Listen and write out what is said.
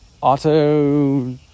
Auto